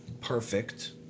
perfect